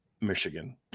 Michigan